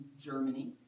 Germany